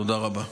תודה רבה.